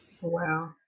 Wow